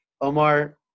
Omar